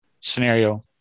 scenario